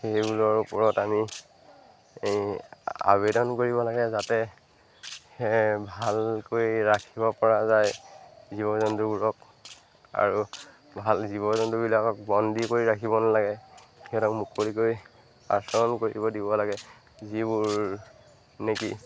সেইবোৰৰ ওপৰত আমি এই আবেদন কৰিব লাগে যাতে সেয়ে ভালকৈ ৰাখিব পৰা যায় জীৱ জন্তুবোৰক আৰু ভাল জীৱ জন্তুবিলাকক বন্দী কৰি ৰাখিব নালাগে সিহঁতক মুকলিকৈ আচৰণ কৰিব দিব লাগে যিবোৰ নেকি